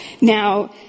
Now